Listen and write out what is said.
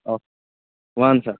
وَن سا